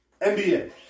NBA